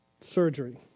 surgery